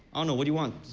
um know. what do you want?